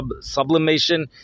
sublimation